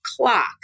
clock